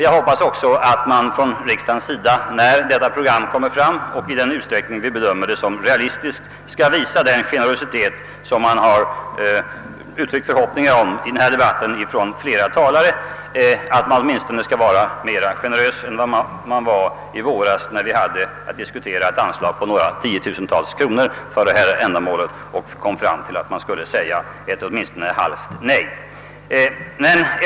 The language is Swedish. Jag hoppas också att riksdagen, när detta program läggs fram och i den utsträckning det bedöms vara realistiskt, skall visa den generositet om vilken flera talare i denna debatt har uttryckt förhoppningar — åtminstone att man skall vara mera generös än i våras då riksdagsmajoriteten hade att besluta om ett anslag på några tiotusentals kronor för detta ändamål och kom fram till att säga åtminstone ett halvt nej.